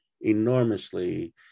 enormously